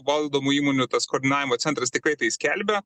valdomų įmonių tas koordinavimo centras tikrai tai skelbia